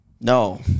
No